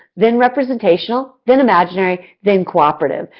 then representational, then imaginary, then cooperative.